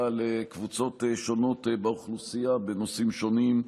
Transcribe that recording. לקבוצות שונות באוכלוסייה בנושאים שונים.